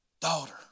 Daughter